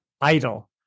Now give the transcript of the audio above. idle